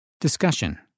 Discussion